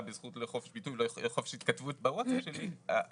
בזכות לחופש הביטוי ולחופש ההתכתבות בווטסאפ שלי,